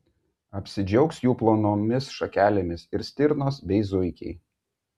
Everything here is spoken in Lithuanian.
apsidžiaugs jų plonomis šakelėmis ir stirnos bei zuikiai